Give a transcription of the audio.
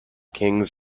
kings